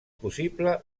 possible